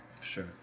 Sure